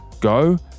go